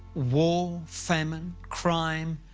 war, famine, crime,